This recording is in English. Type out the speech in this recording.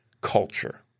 culture